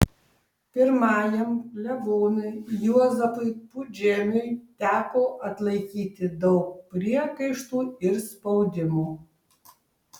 pirmajam klebonui juozapui pudžemiui teko atlaikyti daug priekaištų ir spaudimo